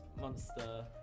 monster